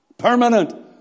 Permanent